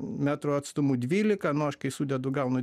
metrų atstumu dvylika nu aš kai sudedu gaunu